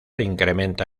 incrementa